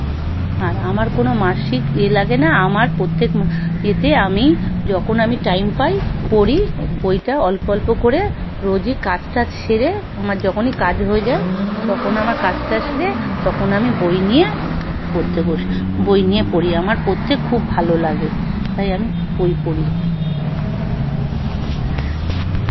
আর আমার কোনো মাসিক এ লাগে না আমার প্রত্যেক এতে আমি যখন আমি টাইম পাই পড়ি বইটা অল্প অল্প করে রোজই কাজ টাজ সেরে আমার যখনই কাজ হয়ে যায় তখন আমার কাজটা সেরে তখন আমি বই নিয়ে পড়তে বসি বই নিয়ে পড়ি আমার পড়তে খুব ভালো লাগে তাই আমি বই পড়ি